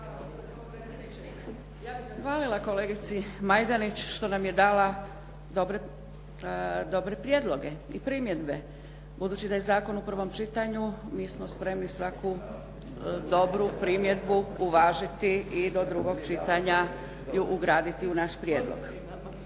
Ja bih zahvalila kolegici Majdanić što nam je dala dobre prijedloge i primjedbe budući da je zakon u prvom čitanju mi smo spremni svaku dobru primjedbu uvažiti i do drugog čitanja ju ugraditi u naš prijedlog.